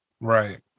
Right